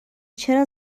چرا